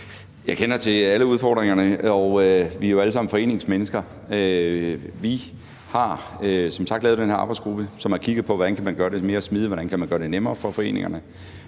Jeg kender til alle udfordringerne; vi er jo alle sammen foreningsmennesker. Vi har som sagt lavet den her arbejdsgruppe, som har kigget på, hvordan man kan gøre det lidt mere smidigt og nemmere for foreningerne.